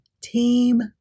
team